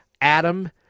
Adam